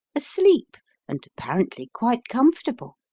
asleep and apparently quite comfortable.